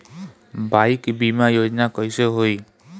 Bike बीमा योजना कैसे होई?